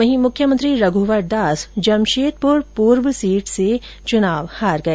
वहीं मुख्यमंत्री रघुवर दास जमशेदपुर पूर्व सीट से चुनाव हार गए